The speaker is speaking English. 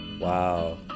wow